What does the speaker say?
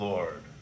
Lord